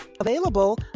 Available